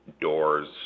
doors